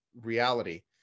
reality